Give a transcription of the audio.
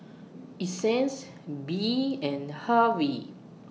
Essence Bea and Hervey